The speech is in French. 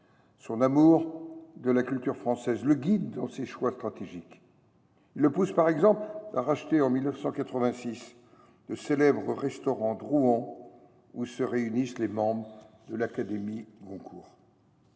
Son amour de la culture française le guide dans ses choix stratégiques et le pousse, par exemple, à racheter en 1986 le célèbre restaurant Drouant, où se réunissent les membres de l’académie Goncourt.